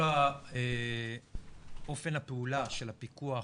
כל אופן הפעולה של הפיקוח